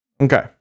okay